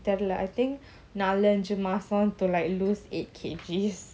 தெரில:therila I think நாலஞ்சுமாசம்:nalanju masam to like lose eight K_Gs